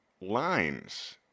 lines